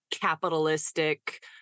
capitalistic